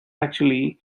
actually